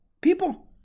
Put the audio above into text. people